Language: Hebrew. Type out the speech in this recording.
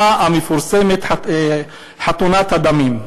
המפורסמת, חתונת הדמים.